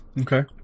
okay